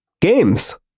games